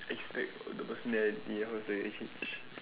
aspect of the personality how to say actual~